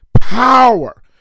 power